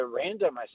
random